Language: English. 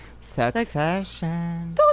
Succession